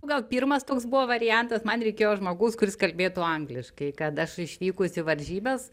gal pirmas toks buvo variantas man reikėjo žmogaus kuris kalbėtų angliškai kad aš išvykus į varžybas